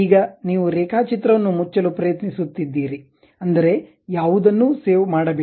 ಈಗ ನೀವು ರೇಖಾಚಿತ್ರವನ್ನು ಮುಚ್ಚಲು ಪ್ರಯತ್ನಿಸುತ್ತಿದ್ದೀರಿ ಅಂದರೆ ಯಾವುದನ್ನೂ ಸೇವ್ ಮಾಡಬೇಡಿ